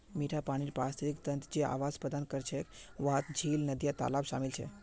मिठा पानीर पारिस्थितिक तंत्र जे आवास प्रदान करछे वहात झील, नदिया, तालाब शामिल छे